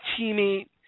teammate